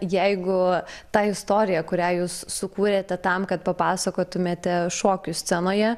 jeigu ta istorija kurią jūs sukūrėte tam kad papasakotumėte šokių scenoje